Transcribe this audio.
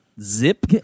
Zip